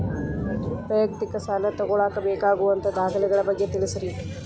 ವೈಯಕ್ತಿಕ ಸಾಲ ತಗೋಳಾಕ ಬೇಕಾಗುವಂಥ ದಾಖಲೆಗಳ ಬಗ್ಗೆ ತಿಳಸ್ರಿ